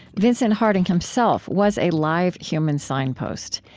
vincent harding himself was a live human signpost,